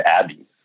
Abby